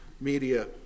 media